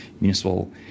Municipal